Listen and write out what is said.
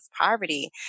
poverty